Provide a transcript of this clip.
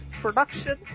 production